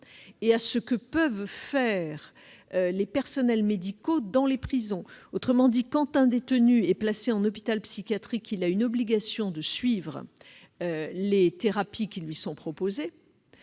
et à ce que peuvent faire les personnels médicaux dans les prisons. En effet, si un détenu placé en hôpital psychiatrique a l'obligation de suivre les thérapies qui lui sont proposées,